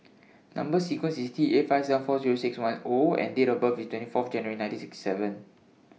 Number sequence IS T eight five seven four Zero six one O and Date of birth IS twenty four January nineteen sixty seven